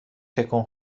تکون